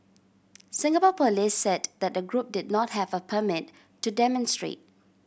Singapore police said that the group did not have a permit to demonstrate